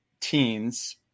teens